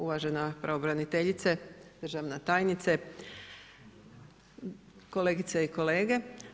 Uvažena pravobraniteljice, državna tajnice, kolegice i kolege.